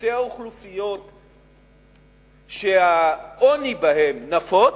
בשתי האוכלוסיות שהעוני בהן נפוץ,